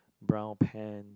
brown pant